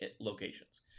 locations